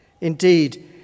Indeed